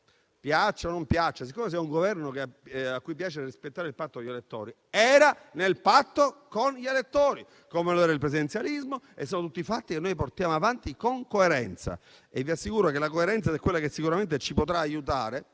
piaccia o non piaccia, siccome c'è un Governo a cui piace rispettare il patto con gli elettori, questo era nel patto con gli elettori, come lo era il presidenzialismo. Sono tutti fatti che portiamo avanti con coerenza. E vi assicuro che la coerenza è quella che sicuramente ci potrà aiutare